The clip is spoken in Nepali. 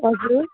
हजुर